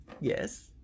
Yes